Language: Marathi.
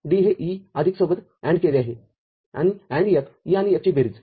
D हे E आदिक सोबत AND केले आहे - AND F E आणि F ची बेरीज